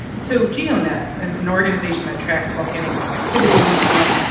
so geonet, an organization that tracks volcanic activity in new zealand,